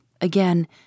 again